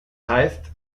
heißt